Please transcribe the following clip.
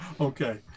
okay